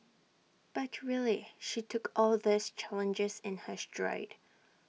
but really she took all these challenges in her stride